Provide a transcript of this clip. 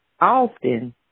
often